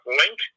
link